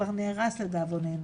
כבר נהרס לדאבוננו,